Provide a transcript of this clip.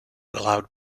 allowed